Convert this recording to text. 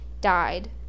died